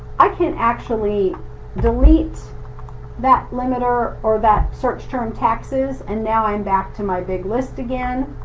i can actually delete that limiter or that search term, taxes, and now i'm back to my big list again.